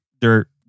dirt